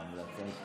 העבודה.